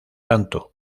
tanto